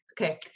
Okay